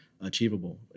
achievable